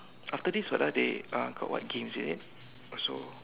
after this what ah they uh got what games is it oh so